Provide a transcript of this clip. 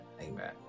Amen